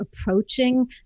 approaching